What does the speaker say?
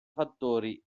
fattori